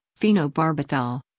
phenobarbital